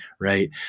right